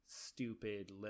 stupid